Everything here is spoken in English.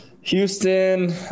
Houston